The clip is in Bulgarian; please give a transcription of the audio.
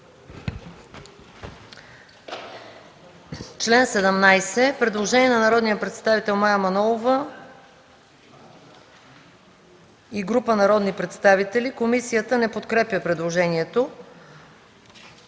Член 18. Предложение на народния представител Мая Манолова и група народни представители. Комисията подкрепя по принцип